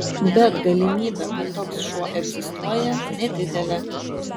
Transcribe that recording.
bet galimybė kad toks šuo egzistuoja nedidelė